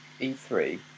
E3